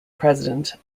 president